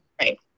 Right